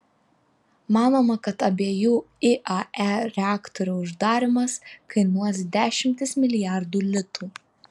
manoma kad abiejų iae reaktorių uždarymas kainuos dešimtis milijardų litų